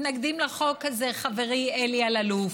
הם גם מתנגדים לחוק הזה, חברי אלי אלאלוף.